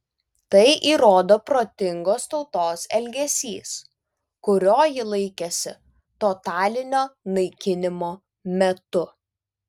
tai įrodo protingos tautos elgesys kurio ji laikėsi totalinio naikinimo metu